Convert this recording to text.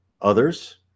others